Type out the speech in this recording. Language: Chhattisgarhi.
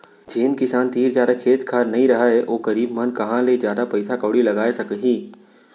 जेन किसान तीर जादा खेत खार नइ रहय ओ गरीब मन कहॉं ले जादा पइसा कउड़ी लगाय सकहीं